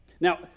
Now